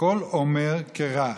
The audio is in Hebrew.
"כל אמר קרא,